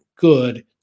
good